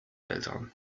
eltern